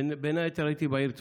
בין היתר הייתי בעיר טבריה.